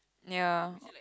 ya